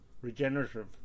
regenerative